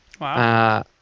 Wow